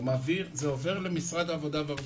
זה עובר למשרד העבודה והרווחה.